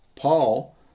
Paul